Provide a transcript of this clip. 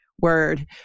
word